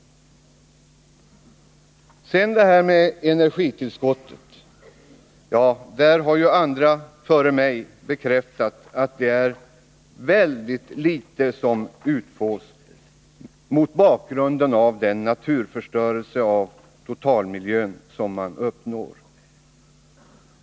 Sedan detta med energitillgången. Andra har före mig bekräftat att mycket litet fås — mot bakgrund av den förstörelse av totalmiljön som man uppnår.